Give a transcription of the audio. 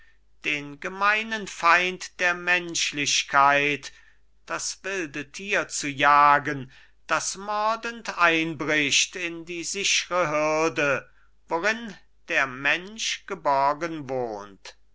den gemeinen feind der menschlichkeit das wilde tier zu jagen das mordend einbricht in die sichre hürde worin der mensch geborgen